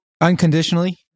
Unconditionally